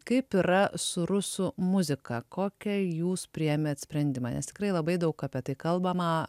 kaip yra su rusų muzika kokią jūs priėmėt sprendimą nes tikrai labai daug apie tai kalbama